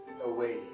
away